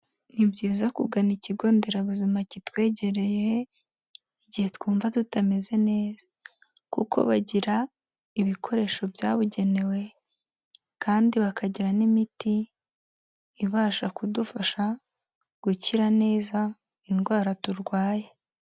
Ni byiza kugana ikigo nderabuzima kitwegereye igihe twumva tutameze neza, kuko bagira ibikoresho byabugenewe kandi bakagira n'imiti ibasha kudufasha gukira neza indwara turwaye.